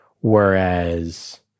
whereas